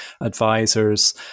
advisors